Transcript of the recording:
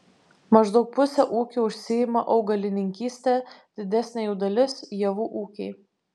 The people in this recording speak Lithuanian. maždaug pusė ūkių užsiima augalininkyste didesnė jų dalis javų ūkiai